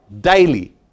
daily